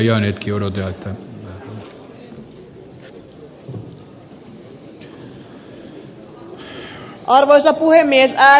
arvoisa puhemies ärade talman